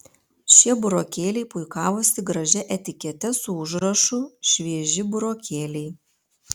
šie burokėliai puikavosi gražia etikete su užrašu švieži burokėliai